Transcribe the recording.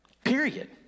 Period